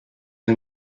and